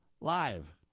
live